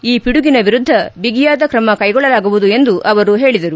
ಈ ಪಿಡುಗಿನ ವಿರುದ್ದ ಬಿಗಿಯಾದ ಕ್ರಮ ಕೈಗೊಳ್ಳಲಾಗುವುದು ಎಂದು ಹೇಳಿದರು